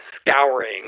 scouring